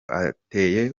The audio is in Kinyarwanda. ateye